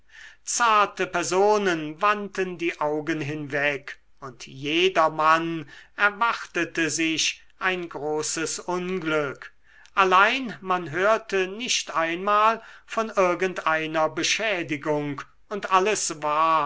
zarte personen wandten die augen hinweg und jedermann erwartete sich ein großes unglück allein man hörte nicht einmal von irgend einer beschädigung und alles war